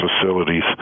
facilities